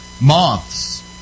Moths